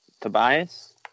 Tobias